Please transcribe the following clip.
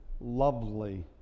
lovely